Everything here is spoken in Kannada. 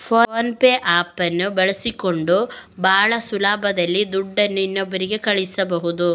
ಫೋನ್ ಪೇ ಆಪ್ ಅನ್ನು ಬಳಸಿಕೊಂಡು ಭಾಳ ಸುಲಭದಲ್ಲಿ ದುಡ್ಡನ್ನು ಇನ್ನೊಬ್ಬರಿಗೆ ಕಳಿಸಬಹುದು